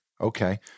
Okay